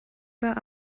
oder